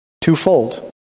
twofold